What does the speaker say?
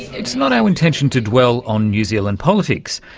it's not our intention to dwell on new zealand politics,